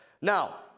Now